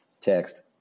Text